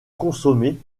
consommé